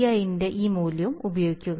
ന്റെ ഈ മൂല്യവും ഉപയോഗിക്കുക